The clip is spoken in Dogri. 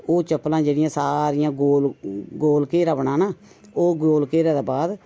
ओह् चप्पलां जेह्ड़ियां सारियां गोल घेरा बनाना ओह् गोल घेरे दे बाद